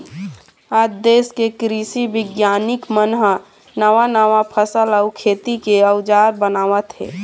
आज देश के कृषि बिग्यानिक मन ह नवा नवा फसल अउ खेती के अउजार बनावत हे